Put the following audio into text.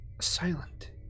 silent